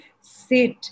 sit